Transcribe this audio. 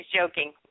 joking